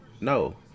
No